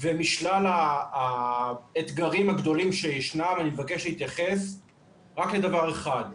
משלל האתגרים הגדולים שישנם אני מבקש להתייחס רק לדבר אחד,